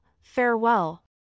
farewell